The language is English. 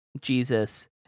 Jesus